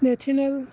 ਨੈਥੀਨਲ